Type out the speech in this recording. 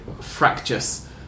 fractious